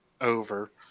over